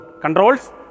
controls